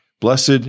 Blessed